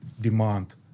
demand